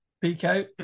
Pico